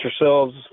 yourselves